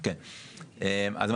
עובד?